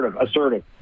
assertive